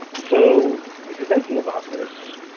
so if you're thinking about this,